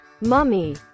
Mummy